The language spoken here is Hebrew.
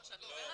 לא.